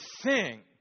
sing